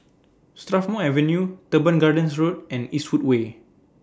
Strathmore Avenue Teban Gardens Road and Eastwood Way